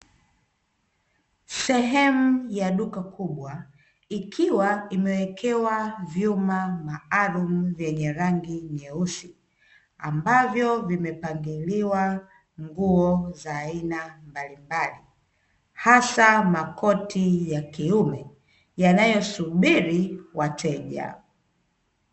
Sehemu ya duka kubwa, ikiwa imewekewa vyuma maalumu vyenye rangi nyeusi, ambavyo vimepangiliwa nguo za aina mbalimbali, hasa makoti ya kiume yanayosubiri wateja.